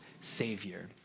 savior